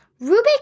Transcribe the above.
Rubik